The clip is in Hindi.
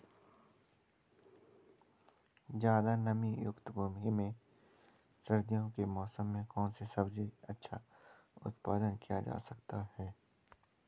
ज़्यादा नमीयुक्त भूमि में सर्दियों के मौसम में कौन सी सब्जी का अच्छा उत्पादन किया जा सकता है?